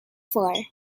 four